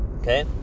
okay